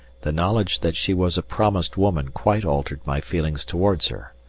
the knowledge that she was a promised woman quite altered my feelings towards her,